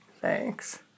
Thanks